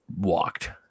walked